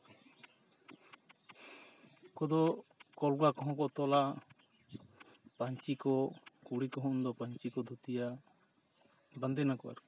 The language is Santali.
ᱩᱱᱠᱩ ᱫᱚ ᱠᱚᱞᱜᱟ ᱠᱚᱦᱚᱸ ᱠᱚ ᱛᱚᱞᱟ ᱯᱟᱹᱧᱪᱤ ᱠᱚ ᱠᱩᱲᱤ ᱠᱚᱦᱚᱸ ᱩᱱᱫᱚ ᱯᱟᱹᱧᱪᱤ ᱠᱚ ᱫᱷᱩᱛᱤᱭᱟ ᱵᱟᱸᱫᱮᱱᱟ ᱠᱚ ᱟᱨᱠᱤ